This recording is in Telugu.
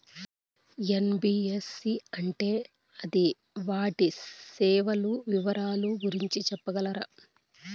ఎన్.బి.ఎఫ్.సి అంటే అది వాటి సేవలు వివరాలు గురించి సెప్పగలరా?